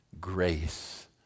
grace